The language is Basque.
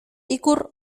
ikur